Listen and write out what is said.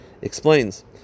explains